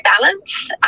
balance